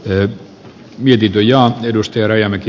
le vitituja edustaja rajamäki